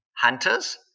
hunters